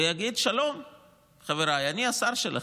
ויגיד: שלום, חבריי, אני השר שלכם.